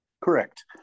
Correct